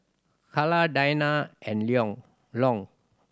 Carla Diana and Long